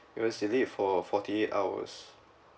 it was delayed for forty eight hours